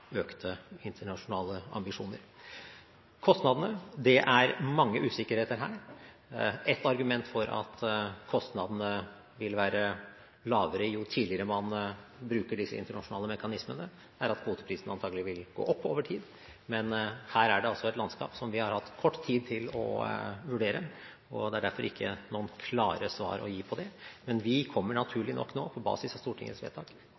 økte internasjonale ambisjoner. Når det gjelder kostnadene, er det mange usikkerheter. Et argument for at kostnadene vil være lavere jo tidligere man bruker disse internasjonale mekanismene, er at kvoteprisen antagelig vil gå opp over tid, men her er det altså et landskap som vi har hatt kort tid til å vurdere, og det er derfor ikke noen klare svar på det. Men vi kommer naturlig nok nå, på basis av Stortingets vedtak,